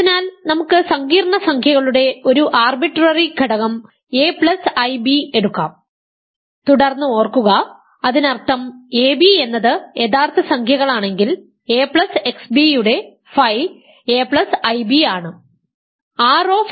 അതിനാൽ നമുക്ക് സങ്കീർണ്ണ സംഖ്യകളുടെ ഒരു ആർബിട്രറി ഘടകം aib എടുക്കാം തുടർന്ന് ഓർക്കുക അതിനർത്ഥം ab എന്നത് യഥാർത്ഥ സംഖ്യകളാണെങ്കിൽ axb യുടെ ф aib ആണ്